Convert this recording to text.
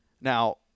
now